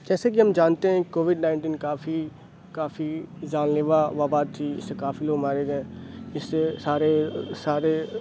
جیسے کہ ہم جانتے ہیں کووڈ نائنٹین کافی کافی جان لیوا وباع تھی اِس سے کافی لوگ مارے گئے اِس سے سارے سارے